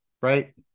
right